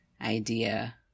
idea